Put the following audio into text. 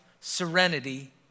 serenity